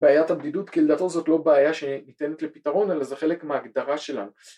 בעיית הבדידות כי לדעתו זאת לא בעיה שניתנת לפתרון אלא זה חלק מההגדרה שלנו